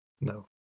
No